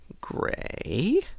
Gray